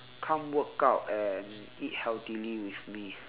come workout and eat healthily with me